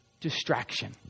distraction